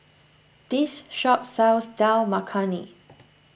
this shop sells Dal Makhani